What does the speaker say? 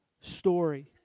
story